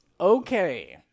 Okay